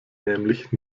nämlich